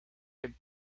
could